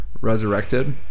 resurrected